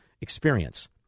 experience